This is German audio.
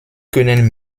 können